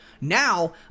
Now